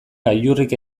gailurrik